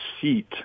seat